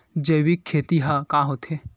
जैविक खेती ह का होथे?